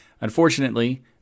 unfortunately